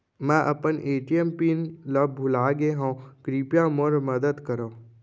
मै अपन ATM PIN ला भूलागे हव, कृपया मोर मदद करव